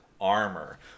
armor